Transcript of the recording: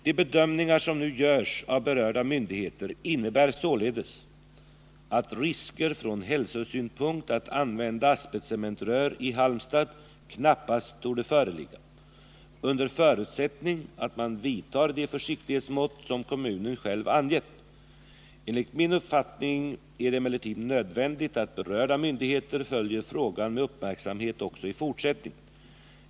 De bedömningar som nu görs av berörda myndigheter innebär således att risker från hälsosynpunkt att använda asbestcementrör i Halmstad knappast torde föreligga, under förutsättning att man vidtar de försiktighetsmått som kommunen själv angett. Enligt min uppfattning är det emellertid nödvändigt att berörda myndigheter följer frågan med uppmärksamhet också i fortsättningen.